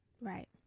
Right